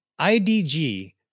IDG